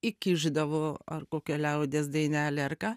įkišdavo ar kokią liaudies dainelę ar ką